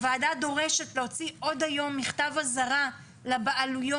הוועדה דורשת להוציא עוד היום מכתב אזהרה לבעלויות